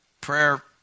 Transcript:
Prayer